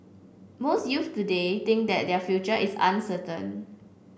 most youths today think that their future is uncertain